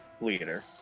leader